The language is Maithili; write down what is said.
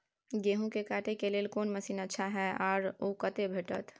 गेहूं के काटे के लेल कोन मसीन अच्छा छै आर ओ कतय भेटत?